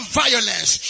violence